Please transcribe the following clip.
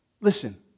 Listen